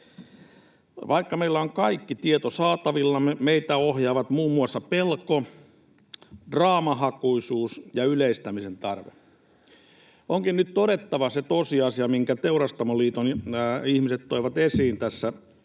Vaikka meillä on kaikki tieto saatavillamme, meitä ohjaavat muun muassa pelko, draamahakuisuus ja yleistämisen tarve. Onkin nyt todettava se tosiasia, minkä Teurastamoiden liiton ihmiset toivat esiin tässä